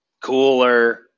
cooler